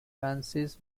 francis